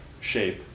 shape